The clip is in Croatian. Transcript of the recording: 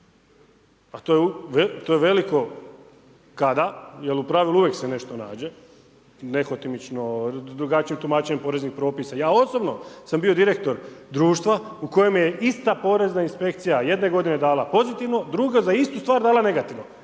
a to je veliko, kada, jer u pravilu uvijek se nešto nađe, nehotimično, drugačije tumačenje poreznih propisa, ja osobno sam bio direktor društva, u kojem je ista porezna inspekcija, jedne godine dala pozitivno, druga za istu stvar dala negativno,